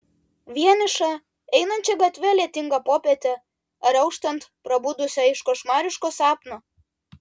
vienišą einančią gatve lietingą popietę ar auštant prabudusią iš košmariško sapno